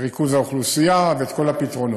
וריכוז האוכלוסייה, ואת כל הפתרונות.